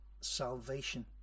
salvation